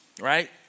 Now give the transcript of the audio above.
right